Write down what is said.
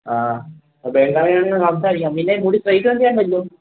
ആ ബംഗാളിയോട് ഞാൻ സംസാരിക്കാം പിന്നെ മുടി സ്ട്രെയിറ്റ് ഒന്നും ചെയ്യണ്ടല്ലോ